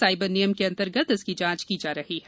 cyber नियम के अंतर्गत इसकी जांच की जा रही है